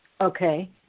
Okay